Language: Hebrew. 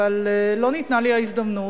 אבל לא ניתנה לי ההזדמנות.